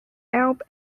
elbe